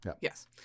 Yes